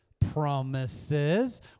promises